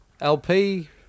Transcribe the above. LP